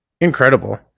incredible